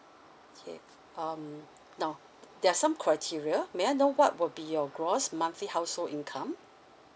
K um now there are some criteria may I know what would be your gross monthly household income